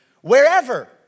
wherever